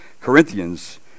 Corinthians